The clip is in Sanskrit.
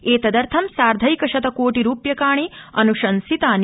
एतदर्थ सार्धैकशत कोटि रूप्यकाणि अन्शंसितानि